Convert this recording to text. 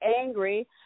angry